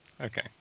Okay